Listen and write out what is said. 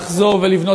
לחזור ולבנות.